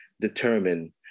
determine